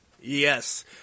Yes